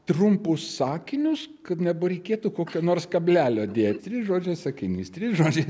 trumpus sakinius kad nebereikėtų kokio nors kablelio dėt trys žodžiai sakinys trys žodžiai